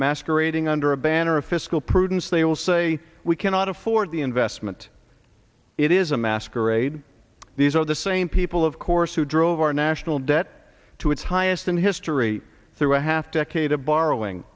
masquerading under a banner of fiscal prudence they will say we cannot afford the investment it is a masquerade these are the same people of course who drove our national debt to its highest in history through a half decade of borrowing